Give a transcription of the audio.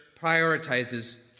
prioritizes